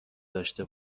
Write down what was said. داشته